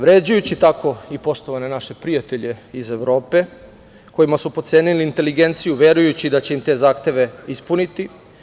Vređajući tako i poštovane naše prijatelje iz Evrope, kojima su potcenili inteligenciju verujući da će im te zahteve ispuniti.